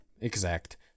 exact